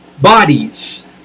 bodies